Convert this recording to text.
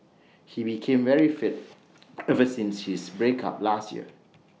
he became very fit ever since his break up last year